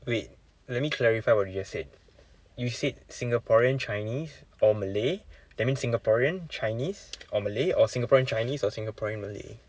wait let me clarify what you just said you said singaporean chinese or malay that means singaporean chinese or malay or singaporean chinese or singaporean malay